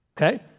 Okay